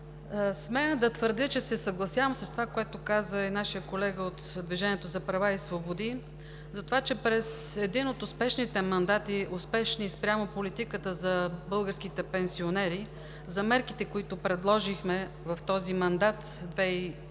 Смея да твърдя, че се съгласявам с това, което каза и нашият колега от „Движението за права и свободи“ за това, че през един от успешните мандати – успешни спрямо политиката за българските пенсионери, за мерките, които предложихме в този мандат 2005